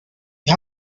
you